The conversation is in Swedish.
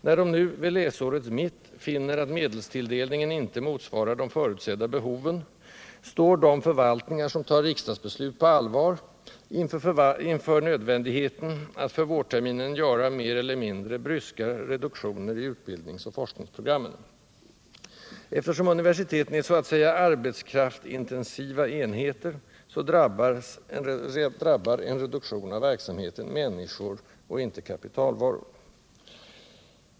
När de nu — vid läsårets mitt — finner att medelstilldelningen inte motsvarar de förutsedda behoven, står de förvaltningar som tar riksdagsbeslut på allvar inför nödvändigheten att för vårterminen göra mer eller mindre bryska reduktioner i utbildningsoch forskningsprogrammen. Eftersom universiteten är så att säga arbetskraftsintensiva enheter, drabbar en reduktion av verksamheten människor och inte kapitalvaror.